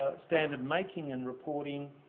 ah standard making and reporting.